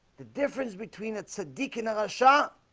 the difference between it's a deacon or a shop